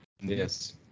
Yes